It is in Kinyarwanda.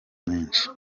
menshi